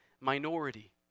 minority